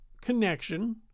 connection